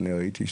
זה עולה לו כסף.